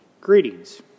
Greetings